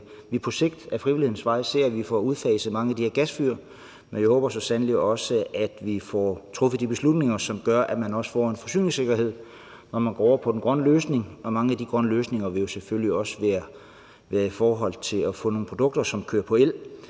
vi på sigt ad frivillighedens vej opnår, at vi får udfaset mange af de her gasfyr, men jeg håber så sandelig også, at vi får truffet de beslutninger, som gør, at man også får en forsyningssikkerhed, når man går over på den grønne løsning. Mange af de grønne løsninger vil jo selvfølgelig også bestå i at få nogle produkter, som kører på el.